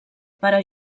pare